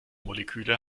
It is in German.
moleküle